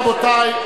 רבותי,